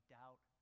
doubt